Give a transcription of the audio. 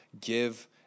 give